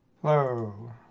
hello